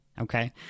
Okay